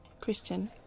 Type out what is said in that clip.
Christian